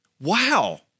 wow